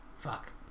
fuck